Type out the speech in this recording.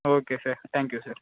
okay sir thank you sir